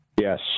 Yes